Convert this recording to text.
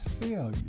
failure